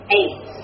eight